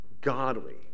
godly